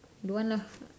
don't want lah